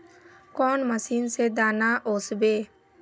कौन मशीन से दाना ओसबे?